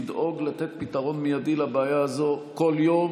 לדאוג לתת פתרון מיידי לבעיה הזאת כל יום.